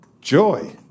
Joy